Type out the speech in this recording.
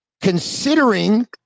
considering